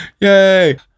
Yay